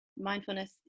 mindfulness